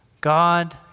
God